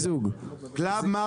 כנראה שהודעת המיזוג תהיה מאוד מהירה.